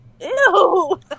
Ew